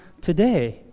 today